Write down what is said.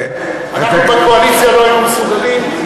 אבל התקציב יאושר בלחיצת כפתורים.